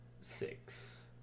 six